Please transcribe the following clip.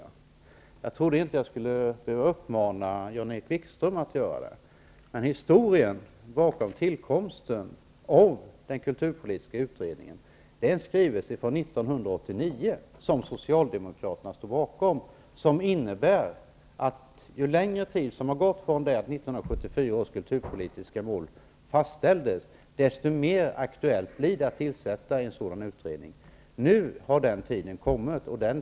Men inte trodde jag att jag skulle behöva rikta samma uppmaning till Jan-Erik Historien bakom tillkomsten av den kulturpolitiska utredningen är en skrivelse från 1989 som Socialdemokraterna står bakom och som går ut på följande: Ju längre tid som har gått sedan 1974 års kulturpolitiska mål fastställdes, desto mera aktuellt blir det att tillsätta en sådan här utredning. Nu är tiden inne för att göra det.